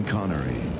Connery